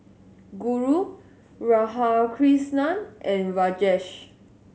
Guru Radhakrishnan and Rajesh